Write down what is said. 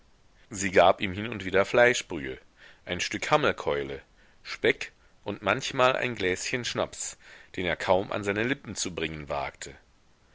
sie gab ihm hin und wieder fleischbrühe ein stück hammelkeule speck und manchmal ein gläschen schnaps den er kaum an seine lippen zu bringen wagte